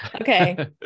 Okay